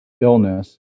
illness